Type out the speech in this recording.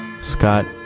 Scott